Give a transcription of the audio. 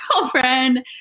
girlfriend